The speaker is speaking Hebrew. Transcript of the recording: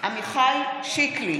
עמיחי שיקלי,